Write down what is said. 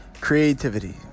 creativity